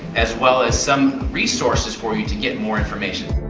as well as some resources for you to get more information.